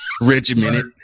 regimented